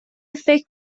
فکر